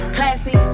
Classy